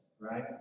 right